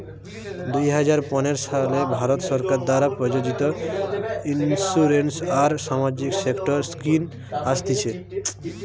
দুই হাজার পনের সালে ভারত সরকার দ্বারা প্রযোজিত ইন্সুরেন্স আর সামাজিক সেক্টর স্কিম আসতিছে